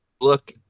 look